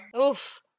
oof